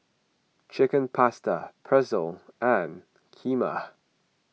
Chicken Pasta Pretzel and Kheema